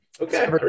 okay